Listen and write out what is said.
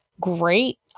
great